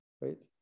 right